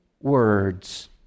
words